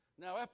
Now